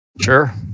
Sure